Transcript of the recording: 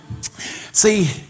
See